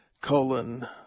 colon